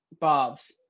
Bob's